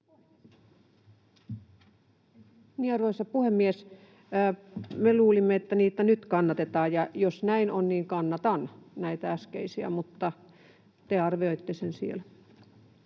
Arvoisa puhemies! Me luulimme, että niitä nyt kannatetaan, ja jos näin on, niin kannatan näitä äskeisiä. Mutta te arvioitte sen siellä.